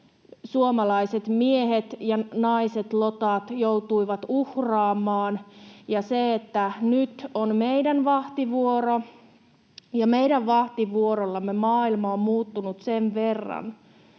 suomalaiset miehet ja naiset, lotat, joutuivat uhraamaan. Nyt on meidän vahtivuoro, ja meidän vahtivuorollamme maailma on muuttunut sen verran,